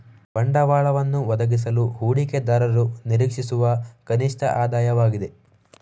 ಬಂಡವಾಳವನ್ನು ಒದಗಿಸಲು ಹೂಡಿಕೆದಾರರು ನಿರೀಕ್ಷಿಸುವ ಕನಿಷ್ಠ ಆದಾಯವಾಗಿದೆ